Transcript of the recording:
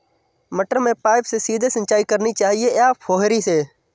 मटर में पाइप से सीधे सिंचाई करनी चाहिए या फुहरी से?